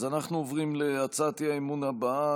אז אנחנו עוברים להצעת האי-אמון הבאה,